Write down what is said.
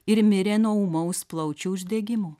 ir mirė nuo ūmaus plaučių uždegimo